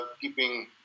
keeping